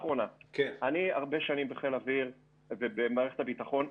אני הרבה שנים בחיל האוויר ובמערכת הביטחון.